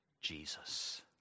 Jesus